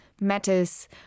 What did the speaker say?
matters